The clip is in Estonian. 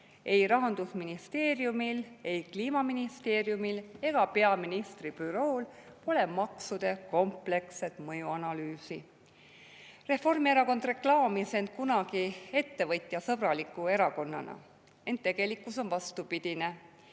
Ei Rahandusministeeriumil, ei Kliimaministeeriumil ega peaministri bürool pole maksude kompleksset mõjuanalüüsi. Reformierakond reklaamis end kunagi ettevõtjasõbraliku erakonnana, ent tegelikkus on vastupidine.